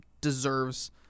deserves